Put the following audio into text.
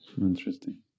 Interesting